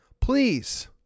please